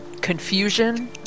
Confusion